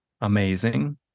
amazing